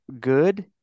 good